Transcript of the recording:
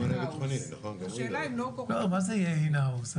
לא, מה זה יהיה in house?